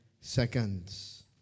seconds